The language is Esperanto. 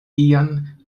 tian